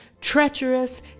treacherous